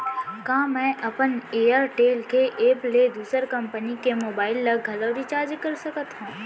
का मैं अपन एयरटेल के एप ले दूसर कंपनी के मोबाइल ला घलव रिचार्ज कर सकत हव?